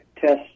test